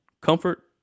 Comfort